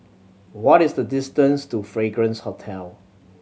what is the distance to Fragrance Hotel